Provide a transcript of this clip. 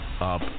Up